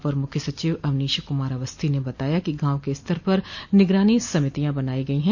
अपर मुख्य सचिव अवनीश कुमार अवस्थी ने बताया कि गांव के स्तर पर निगरानी समितियां बनाई गयी है